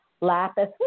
Lapis